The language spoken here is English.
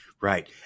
Right